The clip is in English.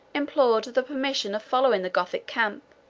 implored the permission of following the gothic camp,